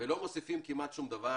ולא מוסיפים כמעט שום דבר,